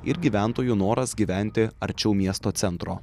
ir gyventojų noras gyventi arčiau miesto centro